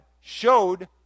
showed